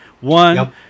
One